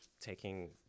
taking